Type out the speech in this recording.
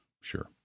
Sure